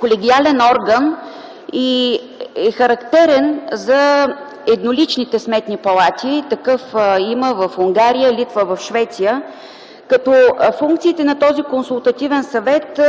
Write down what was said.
колегиален орган и е характерен за едноличните сметни палати. Такъв има в Унгария, Литва, Швеция. Функциите на този Консултативен съвет